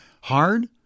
hard